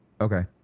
okay